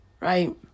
Right